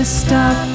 stop